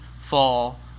fall